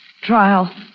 trial